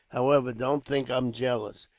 however, don't think i'm jealous,